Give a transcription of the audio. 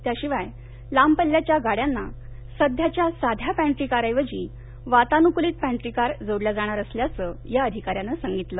त्याशिवाय लांब पल्ल्याच्या गाडयांना सध्याच्या साध्या पॅन्टरी कार ऐवजी वातानुकूलित पॅन्टरी कार जोडल्या जाणार असल्याचं या अधिकाऱ्याने सांगितलं